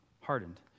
hardened